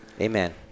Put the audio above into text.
Amen